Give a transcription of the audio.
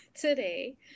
today